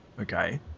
okay